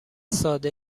ساده